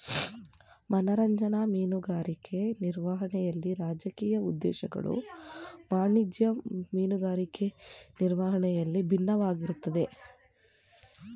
ಮನರಂಜನಾ ಮೀನುಗಾರಿಕೆ ನಿರ್ವಹಣೆಲಿ ರಾಜಕೀಯ ಉದ್ದೇಶಗಳು ವಾಣಿಜ್ಯ ಮೀನುಗಾರಿಕೆ ನಿರ್ವಹಣೆಯಲ್ಲಿ ಬಿನ್ನವಾಗಿರ್ತದೆ